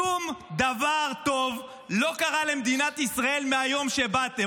שום דבר טוב לא קרה למדינת ישראל מיום שבאתם.